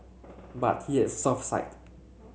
but he had a soft side